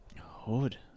Hood